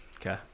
Okay